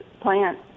plant